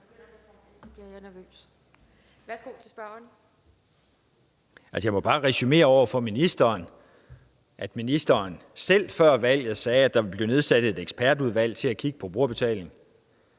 jeg må bare gentage over for ministeren, at ministeren før valget selv sagde, at der ville blive nedsat et ekspertudvalg til at kigge på brugerbetaling.